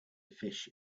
fish